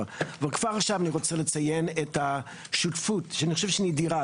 וכבר עכשיו אני רוצה לציין את השותפות שאני חושב שהיא נדירה.